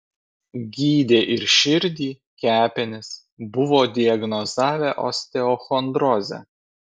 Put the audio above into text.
gydė ir širdį kepenis buvo diagnozavę osteochondrozę